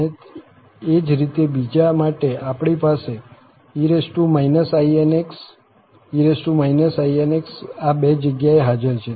અને એ જ રીતે બીજા માટે આપણી પાસે e inx e inx આ બે જગ્યાએ હાજર છે